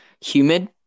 humid